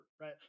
right